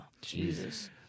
Jesus